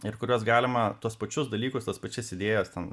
ir kuriuos galima tuos pačius dalykus tas pačias idėjas ten